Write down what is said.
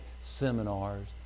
seminars